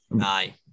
aye